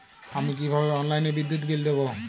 আমি কিভাবে অনলাইনে বিদ্যুৎ বিল দেবো?